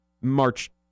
March